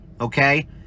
okay